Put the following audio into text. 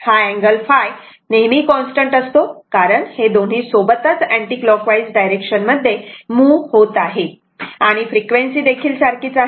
हा अँगल ϕ नेहमी कॉन्स्टंट असतो कारण हे दोन्ही सोबतच अँटीक्लॉकवाईज डायरेक्शन मध्ये मूव्ह होत आहेत आणि फ्रिक्वेन्सी देखील सारखीच आहे